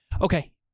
Okay